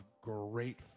great